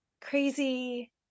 crazy